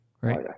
right